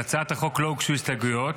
להצעת החוק לא הוגשו הסתייגויות,